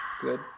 Good